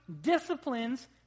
disciplines